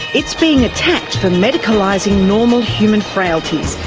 it's being attacked for medicalising normal human frailties,